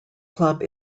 club